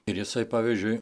ir jisai pavyzdžiui